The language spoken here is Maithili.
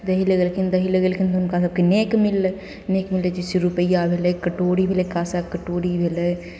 दही लगेलखिन दही लगेलखिन हुनका सभकेँ नेग मिललै नेग मिलै छै जइसे रुपैआ भेलै कटोरी भेलै काँसाके कटोरी भेलै